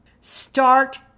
start